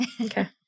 Okay